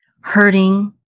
hurting